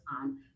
on